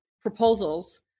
proposals